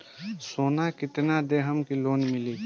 सोना कितना देहम की लोन मिली?